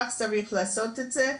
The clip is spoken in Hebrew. כך צריך לעשות את זה,